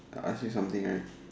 I say something right